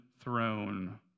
throne